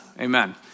Amen